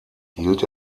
hielt